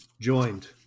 joined